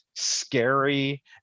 scary